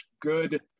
good